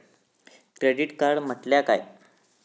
Credit card म्हटल्या काय?